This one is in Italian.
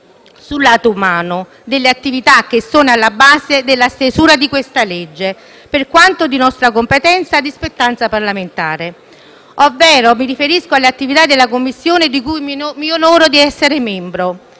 sul lato umano delle attività che sono alla base della stesura di questa legge, per quanto di nostra competenza, di spettanza parlamentare. Mi riferisco alle attività della Commissione di cui mi onoro essere membro.